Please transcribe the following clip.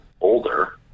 older